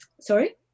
Sorry